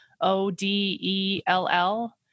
O-D-E-L-L